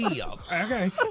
Okay